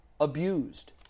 abused